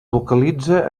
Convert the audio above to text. localitza